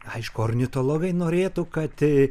aišku ornitologai norėtų kad